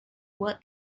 word